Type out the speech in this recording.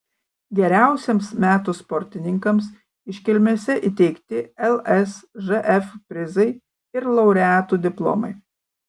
geriausiems metų sportininkams iškilmėse įteikti lsžf prizai ir laureatų diplomai